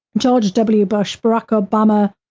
george w. bush, barack obama,